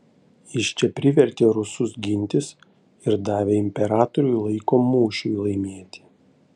jis čia privertė rusus gintis ir davė imperatoriui laiko mūšiui laimėti